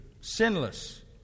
sinless